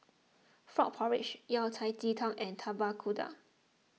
Frog Porridge Yao Cai Ji Tang and Tapak Kuda